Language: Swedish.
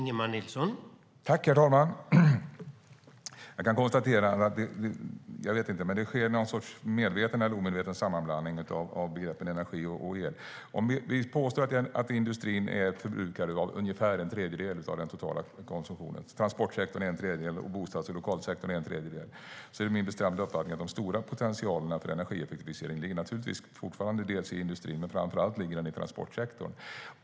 Herr talman! Jag kan konstatera att det sker någon sorts medveten eller omedveten sammanblandning av begreppen energi och el. Om vi påstår att industrin är förbrukare av ungefär en tredjedel av den totala konsumtionen, transportsektorn av en tredjedel och bostads och lokalsektorn av en tredjedel är det min bestämda uppfattning att de stora potentialerna för energieffektivisering naturligtvis fortfarande ligger i industrin men framför allt i transportsektorn.